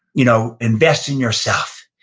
you know invest in yourself.